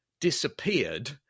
disappeared